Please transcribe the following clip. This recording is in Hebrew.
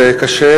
זה קשה,